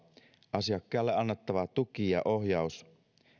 asiakkaalle annettava tuki ja ohjaus